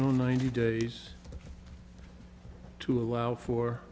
on ninety days to allow for